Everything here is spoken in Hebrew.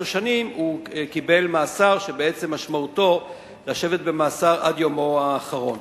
שנים הוא קיבל מאסר שמשמעותו לשבת במאסר עד יומו האחרון.